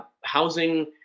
housing